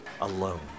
alone